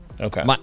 Okay